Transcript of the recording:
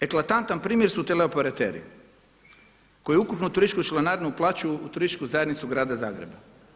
Eklatantan primjer su teleoperateri koji ukupno turističku uplaćuju u turističku zajednicu grada Zagreba.